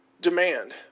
demand